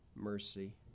Mercy